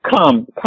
come